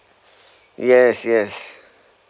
yes yes